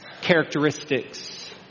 characteristics